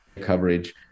coverage